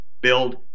build